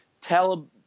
tell